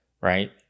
right